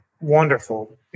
Wonderful